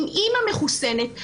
אם אימא מחוסנת,